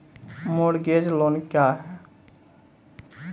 Mortgage loan क्या है?